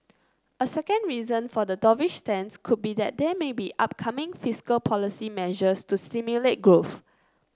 a second reason for the dovish stance could be that there may be upcoming fiscal policy measures to stimulate growth